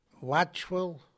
watchful